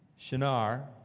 Shinar